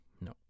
no